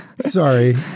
Sorry